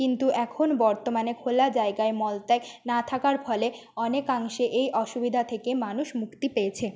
কিন্তু এখন বর্তমানে খোলা জায়গায় মলত্যাগ না থাকার ফলে অনেকাংশে এই অসুবিধা থেকে মানুষ মুক্তি পেয়েছে